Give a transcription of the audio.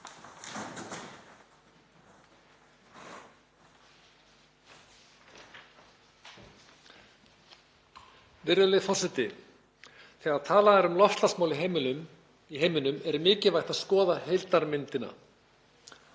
Virðulegur forseti. Þegar talað er um loftslagsmálin í heiminum er mikilvægt að skoða heildarmyndina